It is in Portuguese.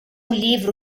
livro